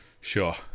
sure